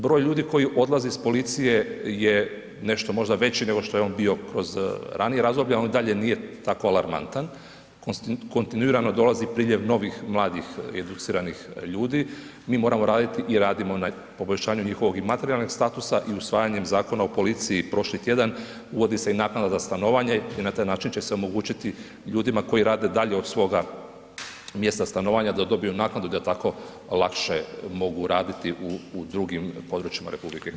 Broj ljudi koji odlazi iz policije je nešto možda veći nego što je on bio kroz ranija razdoblja, on i dalje nije tako alarmantan, kontinuirano dolazi priljev novih mladih educiranih ljudi, mi moramo radit i radimo na poboljšanju njihovog i materijalnog statusa i usvajanjem Zakona o policiji prošli tjedan uvodi se i naknada za stanovanje i na taj način će se omogućiti ljudima koji rade dalje od svoga mjesta stanovanja da dobiju naknadu i da tako lakše mogu raditi u drugim područjima RH.